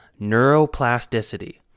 neuroplasticity